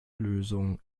lösung